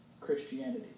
Christianity